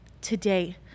today